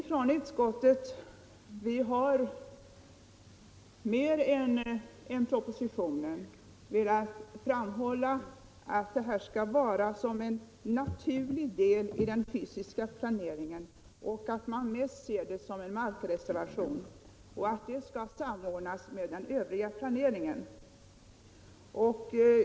Inom utskottet har vi mer än i propositionen velat framhålla att det hela skall vara en naturlig del i den fysiska planeringen. Vi ser detta mest som en fråga om markreservation, som skall samordnas med den övriga planeringen.